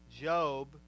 Job